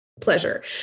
pleasure